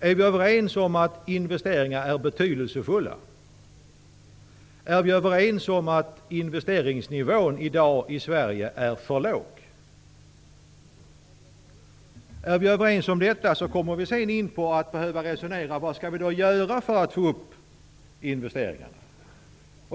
Är vi överens om att investeringar är betydelsefulla? Är vi överens om att investeringsnivån i Sverige i dag är för låg? I så fall måste vi resonera om vad vi skall göra för att få upp investeringarna.